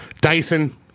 Dyson